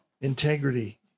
integrity